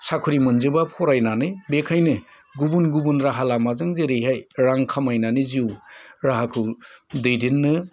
साख्रि मोनजोबा फरायनानै बेखायनो गुबुन गुबुन राहा लामाजों जेरैहाय रां खामायनानै जिउ राहाखौ दैदेननो